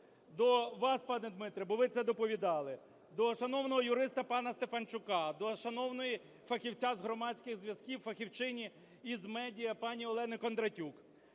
До вас, пане Дмитре, бо ви це доповідали, до шановного юриста пана Стефанчука, до шановної фахівця з громадських зв'язків, фахівчині із медіа пані Олени Кондратюк,